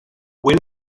when